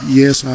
yes